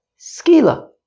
skila